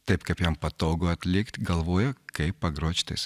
taip kaip jam patogu atlikt galvojo kaip pagrot šitais